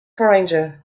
foreigner